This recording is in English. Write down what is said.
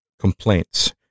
complaints